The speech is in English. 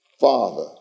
father